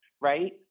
right